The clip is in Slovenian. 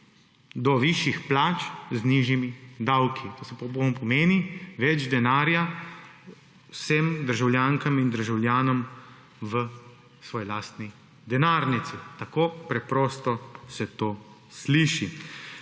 do višjih plač z nižjimi davki. To se pa več denarja vsem državljankam in državljanom v svoji lastni denarnici. Tako preprosto se to sliši.